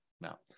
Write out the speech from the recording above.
now